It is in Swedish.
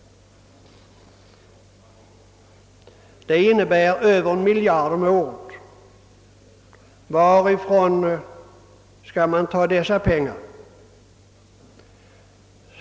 Varifrån skall man ta dessa pengar?